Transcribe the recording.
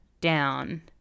down